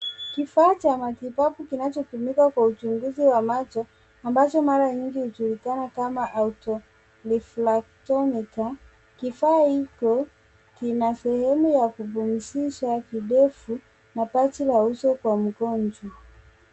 Kifaa cha matibabu kinachotumika kwa uchunguzi wa macho, ambacho mara nyingi hujulikana kama autorefractometer . Kifaa hicho kina sehemu ya kupumzisha kidevu na paji la uso kwa mgonjwa.